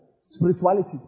spirituality